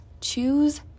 Choose